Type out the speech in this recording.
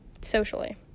socially